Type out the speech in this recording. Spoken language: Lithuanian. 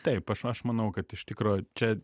taip aš aš manau kad iš tikro čia